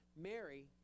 Mary